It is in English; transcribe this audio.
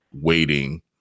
waiting